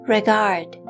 Regard